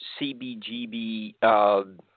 CBGB